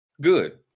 good